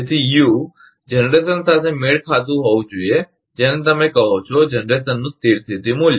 તેથી યુ જનરેશન સાથે મેળ ખાતું હોવું જોઈએ જેને તમે કહો છો જનરેશનનું સ્થિર સ્થિતી મૂલ્ય